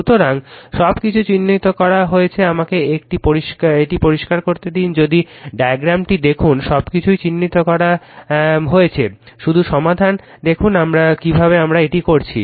সুতরাং সবকিছু চিহ্নিত করা হয়েছে আমাকে এটি পরিষ্কার করতে দিন যদি ডায়াগ্রামটি দেখুন সবকিছুই চিহ্নিত করা হয়েছে শুধু সাবধানে দেখুন কিভাবে আমরা এটি করেছি